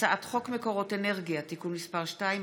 הצעת חוק מקורות אנרגיה (תיקון מס' 2),